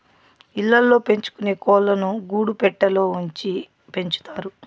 ఇళ్ళ ల్లో పెంచుకొనే కోళ్ళను గూడు పెట్టలో ఉంచి పెంచుతారు